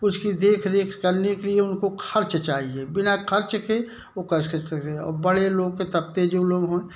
उसकी देख रेख करने के लिए उनको खर्च चाहिए बिना खर्च के ओ कैसे चलेगा बड़े लोग के तते जो लोग होए